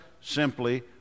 simply